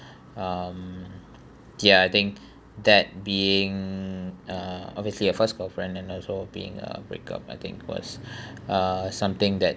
um yeah I think that being uh obviously a first girlfriend and also being a breakup I think was uh something that